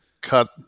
cut